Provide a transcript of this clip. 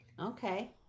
okay